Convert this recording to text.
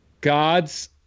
God's